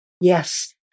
Yes